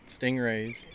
stingrays